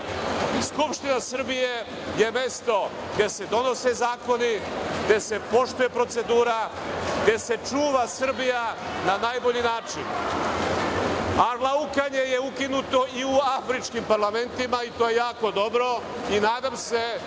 nije. Skupština Srbije je mesto gde se donose zakoni, gde se poštuje procedura, gde se čuva Srbija na najbolji način. Arlaukanje je ukinuto i u afričkim parlamentima, i to je jako dobro. Nadam se